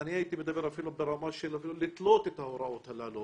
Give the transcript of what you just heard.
אני הייתי מדבר אפילו ברמה של לתלות את ההוראות הללו